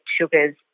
sugars